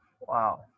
Wow